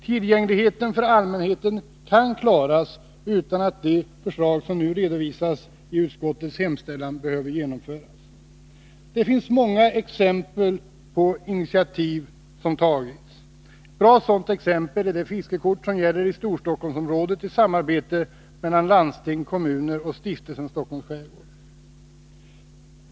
Tillgängligheten för allmänheten kan klaras utan att det förslag som nu redovisas i utskottets betänkande behöver genomföras. Det finns många exempel på initiativ som tagits. Ett bra sådant exempel är det fiskekort som gäller i Storstockholmsområdet och som framtagits i samarbete mellan landsting, kommuner och Stiftelsen Stockholms skärgård.